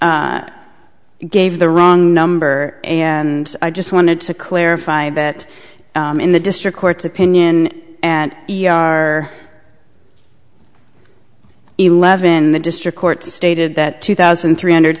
gave the wrong number and i just wanted to clarify that in the district court's opinion at e r eleven the district court stated that two thousand three hundred